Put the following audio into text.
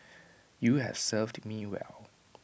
you have served me well